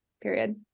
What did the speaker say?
Period